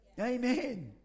Amen